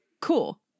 cool